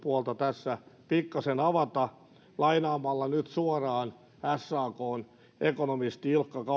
puolta tässä pikkasen avata lainaamalla nyt suoraan sakn ekonomisti ilkka